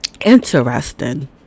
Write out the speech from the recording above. interesting